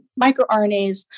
microRNAs